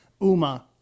Uma